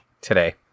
today